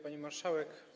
Pani Marszałek!